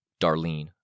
Darlene